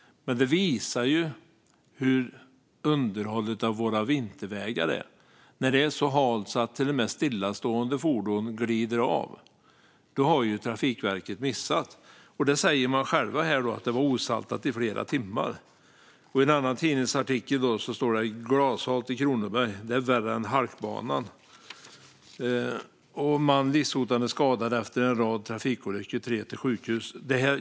Men det visar ju hur underhållet av våra vintervägar är. När det är så halt att till och med stillastående fordon glider av, då har Trafikverket missat. De säger själva att det var osaltat i flera timmar. I tidningarna står det "Glashalt i Kronoberg: 'Värre än halkbanan'" och "Man livshotande skadad efter en rad trafikolyckor - tre till sjukhus".